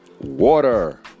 water